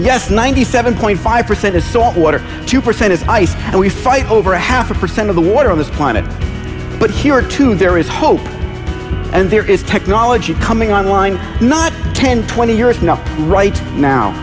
yes ninety seven point five percent is salt water two percent is ice and we fight over half a percent of the water on this planet but here too there is hope and there is technology coming on line not ten twenty years not right now